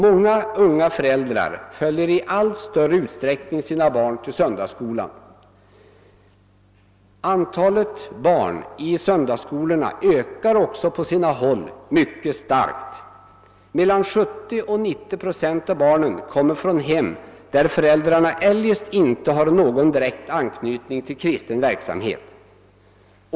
Många unga föräldrar följer sina barn till söndagsskolan, och det sker i allt större utsträckning. Också antalet barn i söndagsskolorna ökar på sina håll mycket starkt. Mellan 70 och 90 procent av barnen kommer från hem, där föräldrarna eljest inte har någon direkt anknytning till kristen verksamhet.